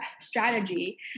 strategy